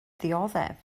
dioddef